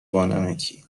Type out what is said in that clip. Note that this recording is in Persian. بانمکی